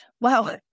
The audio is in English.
Wow